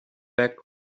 back